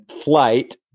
flight